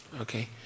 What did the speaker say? Okay